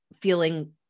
feeling